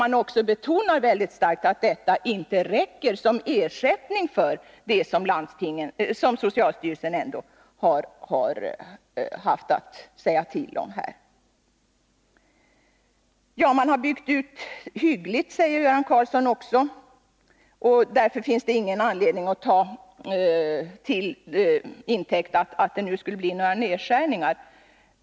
Man betonar emellertid mycket starkt att detta som ersättning inte räcker med tanke på vad som socialstyrelsen ändå har haft att säga till om på detta område. Man har byggt ut hyggligt, säger Göran Karlsson vidare, och därför finns det ingen anledning att ta utbyggnaden till intäkt för att nedskärningar nu skulle göras.